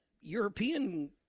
European